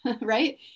right